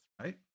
right